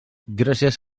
gràcies